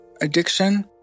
addiction